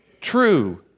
true